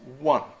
one